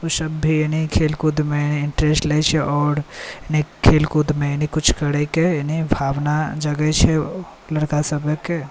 ओ सभ भी एनाहे खेल कुदमे इन्टरेस्ट लेइ छै और नहि खेल कुदमे कुछ करै केँ यानि भावना जागै छै लड़का सभकेँ